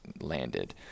landed